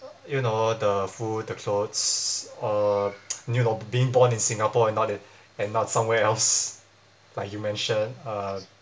you know the food the clothes uh new lob~ being born in singapore and not uh and not somewhere else like you mention uh